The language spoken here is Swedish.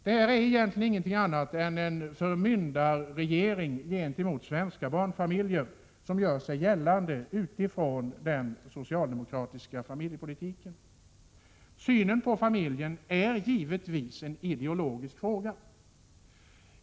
Det är egentligen ingenting annat än en förmyndarregering gentemot svenska barnfamiljer som gör sig gällande utifrån den socialdemokratiska familjepolitiken. Synen på familjen är givetvis en ideologisk fråga.